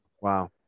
Wow